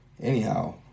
Anyhow